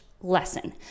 lesson